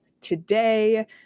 today